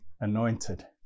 anointed